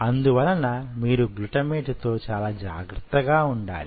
అందువలన మీరు గ్లూటమేట్ తో చాలా జాగ్రత్తగా ఉండాలి